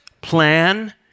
plan